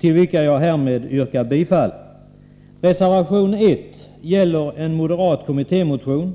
Jag yrkar bifall till dessa reservationer. Reservation 1 gäller en moderat kommittémotion